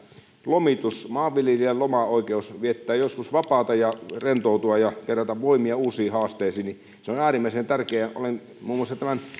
lomitus maanviljelijän lomaoikeus viettää joskus vapaata ja rentoutua ja kerätä voimia uusiin haasteisiin on äärimmäisen tärkeä olen muun muassa